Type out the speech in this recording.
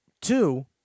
Two